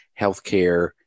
healthcare